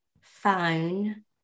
phone